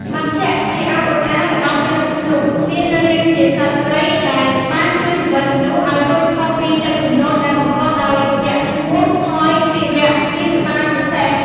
មត្ស្យ ជាអវតាររបស់ព្រះវិស្ណុ មានរាងជាសត្វត្រី ដែលបានជួយជីវិតមនុស្សឱ្យរួចផុតពីទឹកជំនន់ ដែលបង្កដោយយក្សឈ្មោះ ហយគ្រីវៈ(មានក្បាលជាសេះ)។